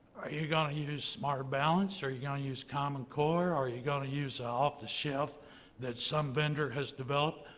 you you going to use smart balance? are you going to use common core? are you going to use off the shelf that some vendor has developed?